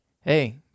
hey